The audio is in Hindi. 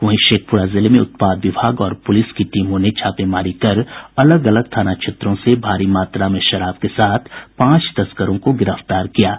वहीं शेखपुरा जिले में उत्पाद विभाग और पुलिस की टीमों ने छापेमारी कर अलग अलग थाना क्षेत्रों से भारी मात्रा में शराब के साथ पांच तस्करों को गिरफ्तार किया है